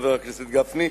חבר הכנסת גפני,